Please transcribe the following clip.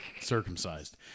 circumcised